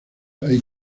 hay